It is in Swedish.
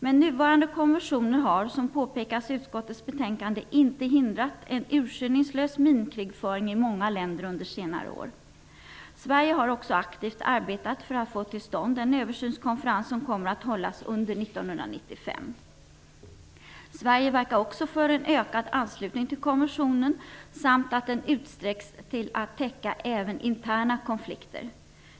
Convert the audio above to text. Men nuvarande konventioner har, som påpekas i utskottets betänkande, inte hindrat en urskillningslös minkrigföring i många länder under senare år. Sverige har också aktivt arbetat för att få till stånd den översynskonferens som kommer att hållas under 1995. Sverige verkar dessutom för en ökad anslutning till konventionen samt till att den utsträcks till att täcka även interna konflikter.